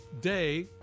day